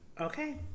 okay